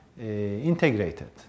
integrated